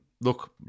look